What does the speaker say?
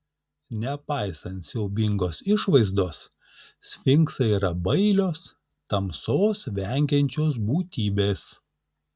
nepaisant siaubingos išvaizdos sfinksai yra bailios tamsos vengiančios būtybės